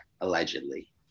allegedly